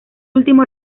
último